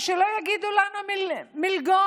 ושלא יגידו לנו מלגות.